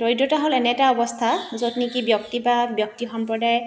দৰিদ্ৰতা হ'ল এনে এটা অৱস্থা য'ত নেকি ব্যক্তি বা ব্যক্তি সম্প্ৰদায়